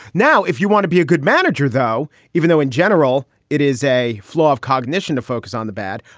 now, if you want to be a good manager, though, even though in general it is a flaw of cognition to focus on the bad,